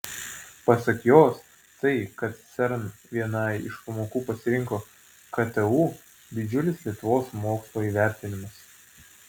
pasak jos tai kad cern vienai iš pamokų pasirinko ktu didžiulis lietuvos mokslo įvertinimas